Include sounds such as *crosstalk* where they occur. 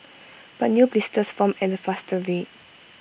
*noise* but new blisters formed at A faster rate